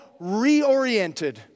reoriented